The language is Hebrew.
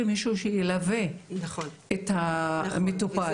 מישהו שילווה את המטופל.